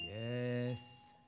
Yes